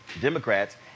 Democrats